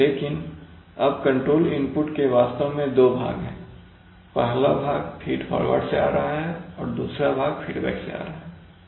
लेकिन अब control input के वास्तव में दो भाग हैं पहला भाग फीड फॉरवर्ड से आ रहा है और दूसरा भाग फीडबैक से आ रहा है